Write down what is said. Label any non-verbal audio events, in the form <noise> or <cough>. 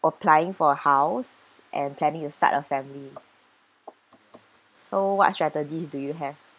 applying for a house and planning to start a family <noise> so what strategies do you have